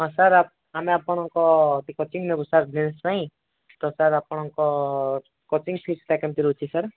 ହଁ ସାର୍ ଆମେ ଆପଣଙ୍କ କୋଚିଙ୍ଗ୍ ନେବୁ ସାର୍ ଡ୍ୟାନ୍ସ ପାଇଁ ତ ସାର୍ ଆପଣଙ୍କ କୋଚିଙ୍ଗ୍ ଫିସ୍ ଟା କେମିତି ରହୁଛି ସାର୍